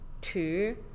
Two